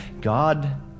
God